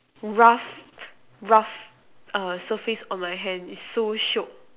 rough rough err surface on my hand is so shiok